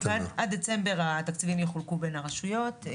עד דצמבר התקציבים יחולקו בין הרשויות.